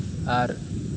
ᱟᱨ